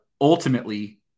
ultimately